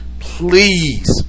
Please